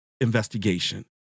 investigation